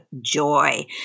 joy